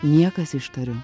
niekas ištariu